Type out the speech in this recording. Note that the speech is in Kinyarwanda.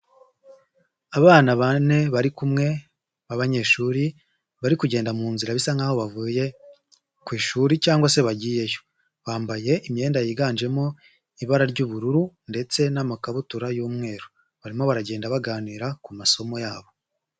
Abana bane bari kumwe b'abanyeshuri bari kugenda mu nzira bisa nk'aho bavuye ku ishuri cyangwa se bagiyeyo, bambaye imyenda yiganjemo ibara ry'ubururu ndetse n'amakabutura y'umweru, barimo baragenda baganira ku masomo yabo.